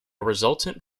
resultant